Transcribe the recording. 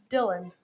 Dylan